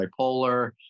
bipolar